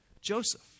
Joseph